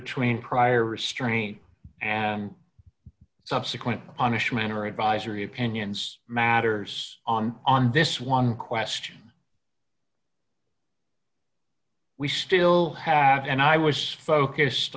between prior restraint and subsequent on issue manner advisory opinions matters on on this one question we still have and i was focused